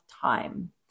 time